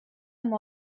amb